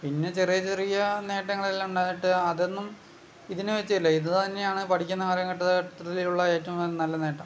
പിന്നെ ചെറിയ ചെറിയ നേട്ടങ്ങളെല്ലാം ഉണ്ടായിട്ട് അതൊന്നും ഇതിനു വെച്ചല്ല ഇത് തന്നെയാണ് പഠിക്കുന്ന കാലഘട്ടത്തിലുള്ള ഏറ്റവും നല്ല നേട്ടം